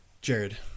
Jared